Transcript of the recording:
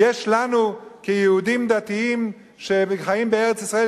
יש לנו כיהודים דתיים שחיים בארץ-ישראל,